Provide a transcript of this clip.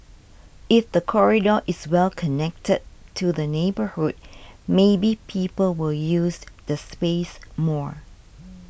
if the corridor is well connected to the neighbourhood maybe people will use the space more